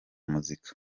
muzika